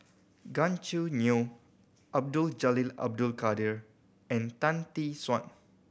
Gan Choo Neo Abdul Jalil Abdul Kadir and Tan Tee Suan